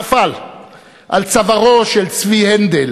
נפל על צווארו של צבי הנדל